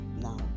now